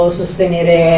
sostenere